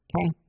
Okay